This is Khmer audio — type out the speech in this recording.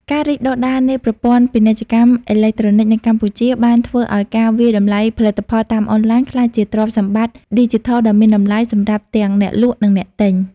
ការរីកដុះដាលនៃប្រព័ន្ធពាណិជ្ជកម្មអេឡិចត្រូនិក នៅកម្ពុជា បានធ្វើឱ្យការវាយតម្លៃផលិតផលតាមអនឡាញក្លាយជាទ្រព្យសម្បត្តិឌីជីថលដ៏មានតម្លៃសម្រាប់ទាំងអ្នកលក់ និងអ្នកទិញ។